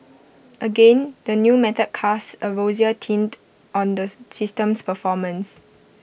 again the new method casts A rosier tint on the system's performance